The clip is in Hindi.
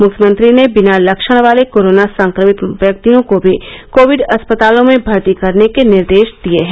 मुख्यमंत्री ने बिना लक्षण वाले कोरोना संक्रमित व्यक्तियों को भी कोविड अस्पतालों में भर्ती करने के निर्देश दिए हैं